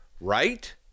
right